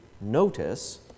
notice